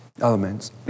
elements